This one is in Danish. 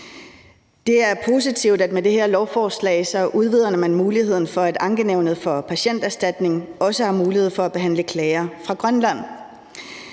Det er positivt, at man med det her lovforslag udvider muligheden for, at Ankenævnet for Patienterstatningen også har mulighed for at behandle klager fra Grønland.